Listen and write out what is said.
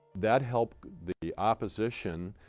that helped the opposition,